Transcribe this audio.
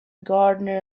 gardener